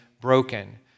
broken